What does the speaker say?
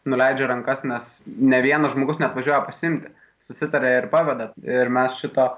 nuleidžia rankas nes ne vienas žmogus neatvažiuoja pasiimti susitaria ir paveda ir mes šito